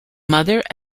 mother